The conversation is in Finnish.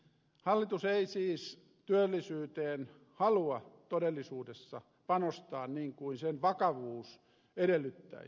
hallitus ei siis työllisyyteen halua todellisuudessa panostaa niin kuin tilanteen vakavuus edellyttäisi